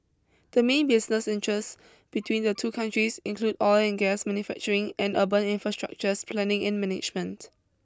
the main business interests between the two countries include oil and gas manufacturing and urban infrastructures planning and management